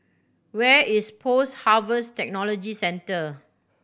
where is Post Harvest Technology Centre